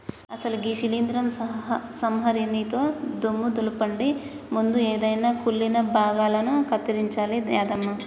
అసలు గీ శీలింద్రం సంహరినితో దుమ్ము దులపండి ముందు ఎదైన కుళ్ళిన భాగాలను కత్తిరించాలి యాదమ్మ